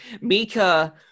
Mika